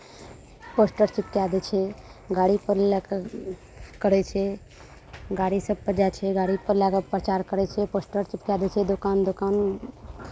poster चिपकाए दै छै गाड़ीपर लए कऽ करै छै गाड़ीसभ पर जाइ छै गाड़ीपर लए कऽ प्रचार करै छै पोस्टर चिपकाए दै छै दोकान दोकान